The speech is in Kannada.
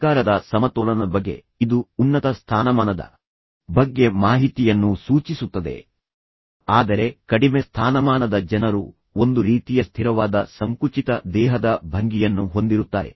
ಅಧಿಕಾರದ ಸಮತೋಲನದ ಬಗ್ಗೆ ಇದು ಉನ್ನತ ಸ್ಥಾನಮಾನದ ಬಗ್ಗೆ ಮಾಹಿತಿಯನ್ನು ಸೂಚಿಸುತ್ತದೆ ಆದರೆ ಕಡಿಮೆ ಸ್ಥಾನಮಾನದ ಜನರು ಒಂದು ರೀತಿಯ ಸ್ಥಿರವಾದ ಸಂಕುಚಿತ ದೇಹದ ಭಂಗಿಯನ್ನು ಹೊಂದಿರುತ್ತಾರೆ